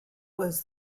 was